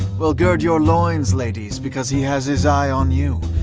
well, gird your loins, ladies, because he has his eye on you.